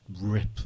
rip